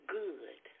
good